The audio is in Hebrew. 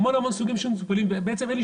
יש לו המון-המון סוגים של מטופלים ובעצם אין לי